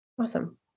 Awesome